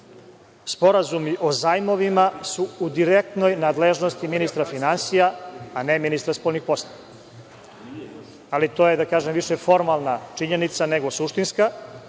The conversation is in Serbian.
sporazumi o zajmovima su u direktnoj nadležnosti ministra finansija, a ne ministra spoljnih poslova. Ali, to je više formalna činjenica, nego suštinska,